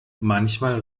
manchmal